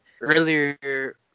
earlier